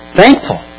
thankful